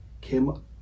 came